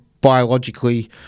biologically